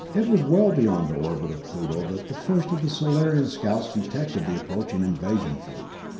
it was well beyond the orbit of pluto that the first of the solarian scouts detected the approaching invasion fleet.